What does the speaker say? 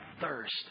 thirst